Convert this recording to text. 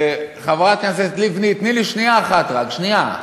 חברת הכנסת לבני, תני לי שנייה אחת רק, שנייה.